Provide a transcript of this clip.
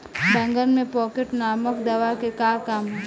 बैंगन में पॉकेट नामक दवा के का काम ह?